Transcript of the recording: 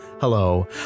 Hello